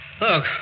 Look